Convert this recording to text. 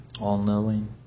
All-knowing